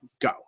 go